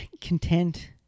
content